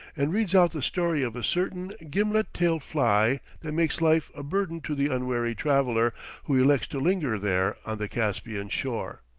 and reads out the story of a certain gimlet-tailed fly that makes life a burden to the unwary traveller who elects to linger there on the caspian shore.